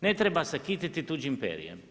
Ne treba se kititi tuđim perjem.